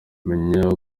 menya